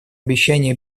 обещание